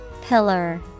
Pillar